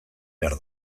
behar